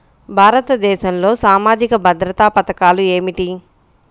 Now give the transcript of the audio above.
భారతదేశంలో సామాజిక భద్రతా పథకాలు ఏమిటీ?